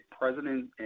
president